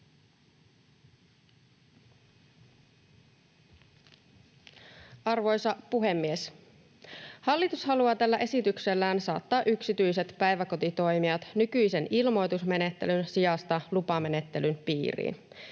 Arvoisa puhemies! Hallitus haluaa tällä esityksellään saattaa yksityiset päiväkotitoimijat nykyisen ilmoitusmenettelyn sijasta lupamenettelyn piiriin.